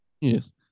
Yes